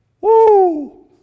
Woo